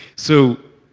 so,